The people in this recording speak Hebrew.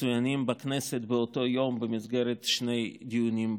מצוינים בכנסת באותו יום במסגרת שני דיונים ברצף.